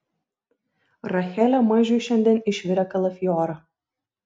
rachelė mažiui šiandien išvirė kalafiorą